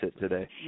today